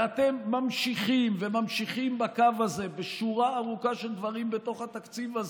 ואתם ממשיכים וממשיכים בקו הזה בשורה ארוכה של דברים בתקציב הזה.